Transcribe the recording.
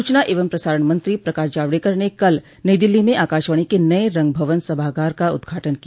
सूचना एवं प्रसारण मंत्री प्रकाश जावड़ेकर ने कल नई दिल्ली में आकाशवाणी के नये रंग भवन सभागार का उदघाटन किया